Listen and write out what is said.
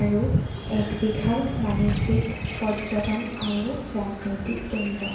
আৰু একবিশাল বাণিজ্যিক পৰ্যটন আৰু ৰাজনৈতিক কেন্দ্ৰ